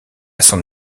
son